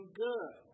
good